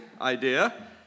idea